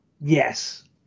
Yes